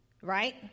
Right